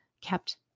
kept